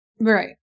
Right